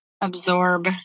absorb